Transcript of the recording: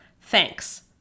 Thanks